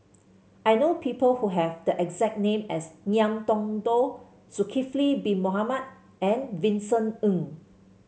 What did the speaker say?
I know people who have the exact name as Ngiam Tong Dow Zulkifli Bin Mohamed and Vincent Ng